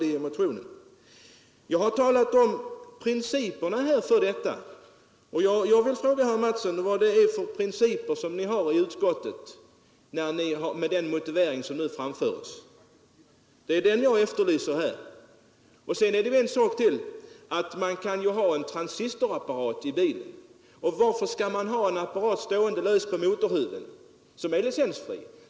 Jag har i min motion talat om principerna. Och jag vill fråga herr Mattsson vilken princip som legat till grund för utskottets motivering. Det är den jag efterlyser. En sak till: Man kan ha en transistorapparat i bilen utan att behöva betala licensavgift för den. Varför skall man tvingas ha en apparat stående lös på instrumentbrädan?